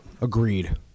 agreed